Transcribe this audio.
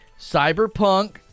Cyberpunk